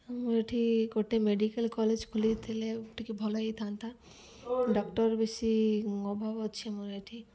ଆମର ଏଠି ଗୋଟେ ମେଡ଼ିକାଲ କଲେଜ ଖୋଲିଥିଲେ ଟିକେ ଭଲ ହେଇଥାନ୍ତା ଡକ୍ଟର ବେଶୀ ଅଭାବ ଅଛି ଆମର ଏଠି